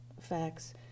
facts